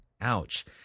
Ouch